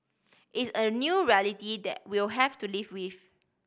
it's a new reality that we'll have to live with